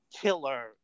killer